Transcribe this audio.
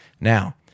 Now